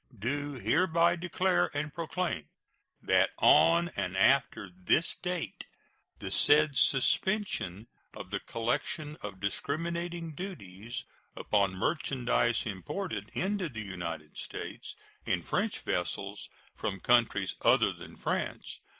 do hereby declare and proclaim that on and after this date the said suspension of the collection of discriminating duties upon merchandise imported into the united states in french vessels from countries other than france,